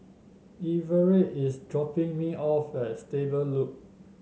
Everette is dropping me off at Stable Loop